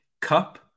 Cup